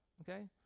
okay